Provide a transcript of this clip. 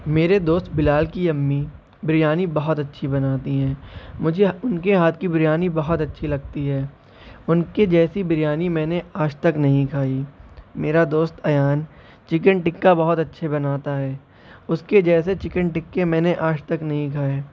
میرے دوست بلال کی امی بریانی بہت اچھی بناتی ہیں مجھے ان کے ہاتھ کی بریانی بہت اچھی لگتی ہے ان کے جیسی بریانی میں نے آج تک نہیں کھائی میرا دوست ایان چکن ٹکا بہت اچھے بناتا ہے اس کے جیسے چکن ٹکے میں نے آج تک نہیں کھائے